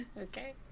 okay